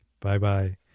Bye-bye